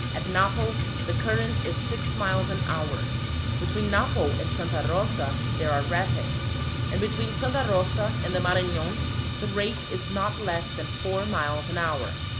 at napo the current is six miles an hour between napo and santa rosa there are rapids and between santa rosa and the maranon the rate is not less than four miles an hour.